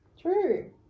True